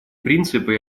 принципы